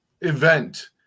event